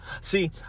See